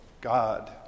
God